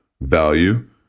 value